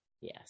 Yes